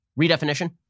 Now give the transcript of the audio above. redefinition